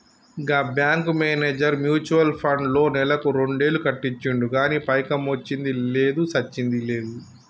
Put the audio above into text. గా bank manager mutual ఫండ్లో నెలకు రెండేలు కట్టించిండు గానీ పైకమొచ్చ్చింది లేదు, సచ్చింది లేదు